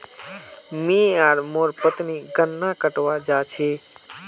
मी आर मोर पत्नी गन्ना कटवा जा छी